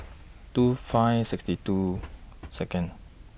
two five sixty two Second